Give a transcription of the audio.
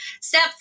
Step